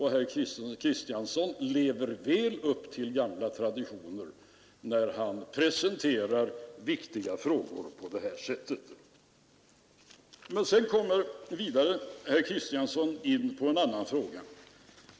Herr Kristiansson lever väl upp till gamla traditioner, när han presenterar viktiga frågor på det här sättet. Sedan kom herr Kristiansson in på en annan fråga.